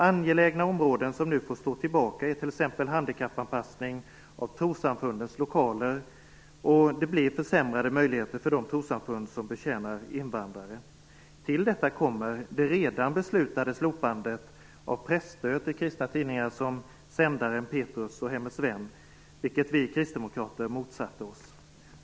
Angelägna områden som nu får stå tillbaka är t.ex. handikappanpassning av trossamfundens lokaler. Det blir försämrade möjligheter för de trossamfund som betjänar invandrare. Till detta kommer det redan beslutade slopandet av presstöd till kristna tidningar som Sändaren, Petrus och Hemmets vän, vilket vi kristdemokrater motsatte oss.